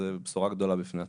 זה בשורה גדולה בפני עצמה.